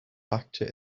factor